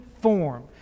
form